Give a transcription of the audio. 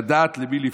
לדעת למי לפנות,